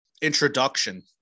Introduction